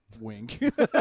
Wink